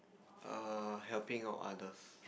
err helping out others